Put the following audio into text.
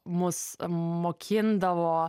mus mokindavo